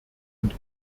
und